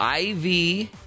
IV